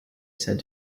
said